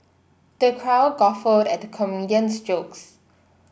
the crowd guffawed at the comedian's jokes